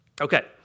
Okay